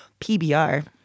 PBR